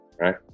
right